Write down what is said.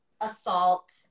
assault